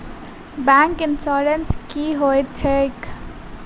Bank insurance की होइत छैक?